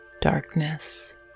darkness